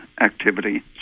activity